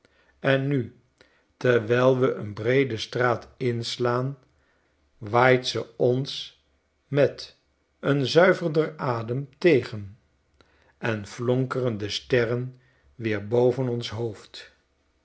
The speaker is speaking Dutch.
en nu terwijl we een breede straat inslaan waait ze ons met een zuiverder adem tegen en flonkeren de sterren weer boven ons hoofd